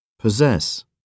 Possess